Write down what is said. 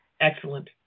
Excellent